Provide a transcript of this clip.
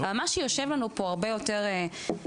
אבל מה שיושב לנו פה הרבה יותר משמעותי,